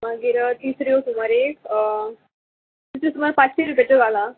मागीर तिसऱ्यो सुमार एक तिसऱ्यो सुमार पांचशीं रुपयाच्यो घाल आं